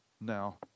now